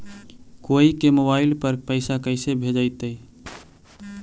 कोई के मोबाईल पर पैसा कैसे भेजइतै?